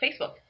Facebook